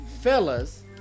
fellas